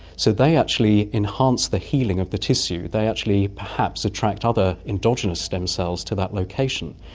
so they actually enhance the healing of the tissue, they actually perhaps attract other endogenous stem cells to that location,